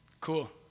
Cool